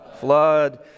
flood